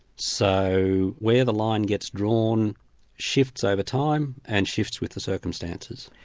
so where the line gets drawn shifts over time, and shifts with the circumstances.